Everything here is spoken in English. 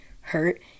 hurt